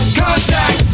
contact